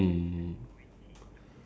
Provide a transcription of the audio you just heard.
very different already